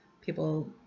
people